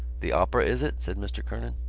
the opera, is it? said mr. kernan.